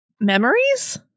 memories